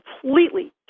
completely